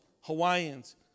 Hawaiians